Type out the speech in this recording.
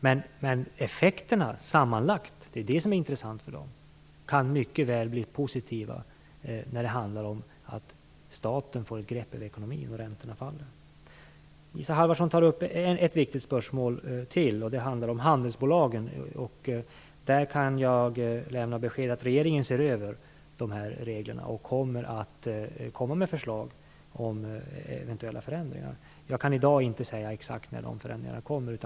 Men effekterna sammanlagt - det är de som är intressanta för dem - kan mycket väl bli positiva när det handlar om att staten får grepp om ekonomin och räntorna faller. Isa Halvarsson tar upp ett viktigt spörsmål till. Det handlar om handelsbolagen. Där kan jag lämna beskedet att regeringen ser över de här reglerna och avser att komma med förslag om eventuella förändringar. Jag kan i dag inte säga exakt när de förändringarna kommer.